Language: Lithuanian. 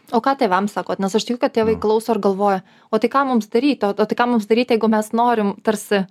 o ką tėvams sakot nes aš tikiu kad tėvai klauso ir galvoja o tai ką mums daryt o tai ką mums daryti jeigu mes norim tarsi